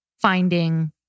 finding